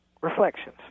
reflections